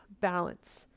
balance